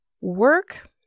work